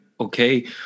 Okay